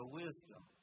wisdom